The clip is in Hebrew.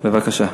בבקשה.